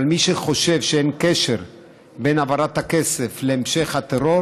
אבל מי שחושב שאין קשר בין העברת הכסף להמשך הטרור